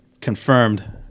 confirmed